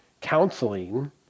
counseling